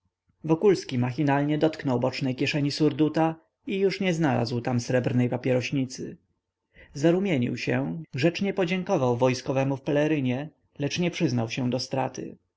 w paryżu wokulski machinalnie dotknął bocznej kieszeni surduta i już nie znalazł tam srebrnej papierośnicy zarumienił się grzecznie podziękował wojskowemu w pelerynie lecz nie przyznał się do straty